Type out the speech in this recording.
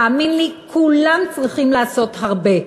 תאמין לי, כולם צריכים לעשות הרבה.